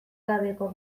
gabeko